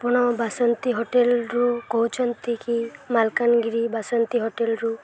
ଆପଣ ବାସନ୍ତି ହୋଟେଲ୍ରୁ କହୁଛନ୍ତି କି ମାଲକାନଗିରି ବାସନ୍ତି ହୋଟେଲ୍ରୁ